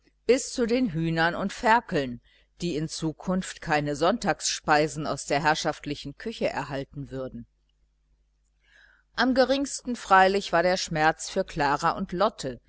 bis zu den hühnern und ferkeln die in zukunft keine sonntagsspeisen aus der herrschaftlichen küche erhalten würden am geringsten freilich war der schmerz für klara und lotte